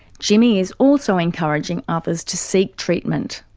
jimmy is also encouraging others to seek treatment.